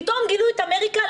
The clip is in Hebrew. פתאום גילו את אמריקה?